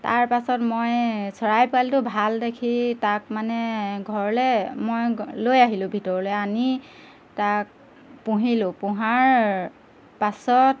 তাৰপাছত মই চৰাই পোৱালীটো ভাল দেখি তাক মানে ঘৰলৈ মই লৈ আহিলোঁ ভিতৰলৈ আনি তাক পুহিলোঁ পোহাৰ পাছত